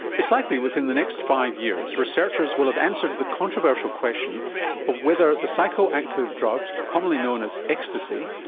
it's likely within the next five years researchers will have answered the controversial question of whether the psychoactive drug commonly known as ecstasy,